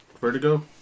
Vertigo